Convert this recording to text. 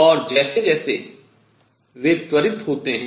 और जैसे जैसे वे त्वरित होतें हैं